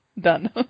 Done